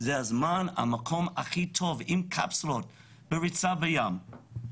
זה הזמן הכי טוב עם קפסולות לריצה בים.